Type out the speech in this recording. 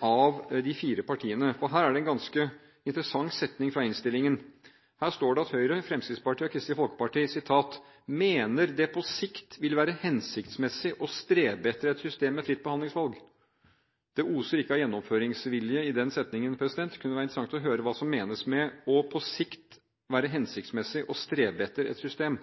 av de fire partiene. Det er en ganske interessant setning i innstillingen der det står at Høyre, Fremskrittspartiet og Kristelig Folkeparti «mener det på sikt vil være hensiktsmessig å strebe etter et system med fritt behandlingsvalg». Det oser ikke av gjennomføringsvilje i den setningen. Det kunne vært interessant å høre hva som menes med «på sikt vil være hensiktsmessig å strebe etter et system».